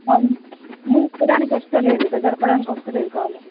మూయడానికి వస్తలేదు ఇటు జరపడానికి వస్తలేదు కాలు